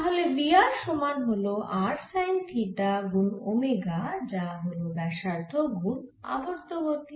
তাহলে V r সমান হল r সাইন থিটা গুন ওমেগা যা হল ব্যাসার্ধ গুন আবর্ত গতি